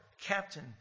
captain